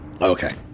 Okay